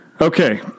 Okay